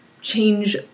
change